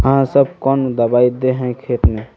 आहाँ सब कौन दबाइ दे है खेत में?